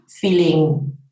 feeling